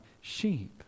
sheep